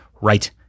right